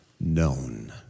known